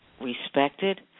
respected